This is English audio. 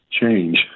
change